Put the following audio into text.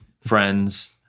friends